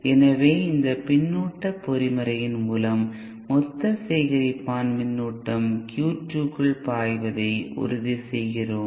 எனவே இந்த பின்னூட்ட பொறிமுறையின் மூலம் மொத்த சேகரிப்பான் மின்னோட்டம் Q2 க்குள் பாய்வதை உறுதிசெய்கிறோம்